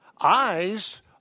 eyes